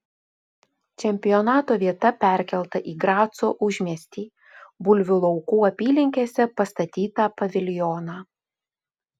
čempionato vieta perkelta į graco užmiestį bulvių laukų apylinkėse pastatytą paviljoną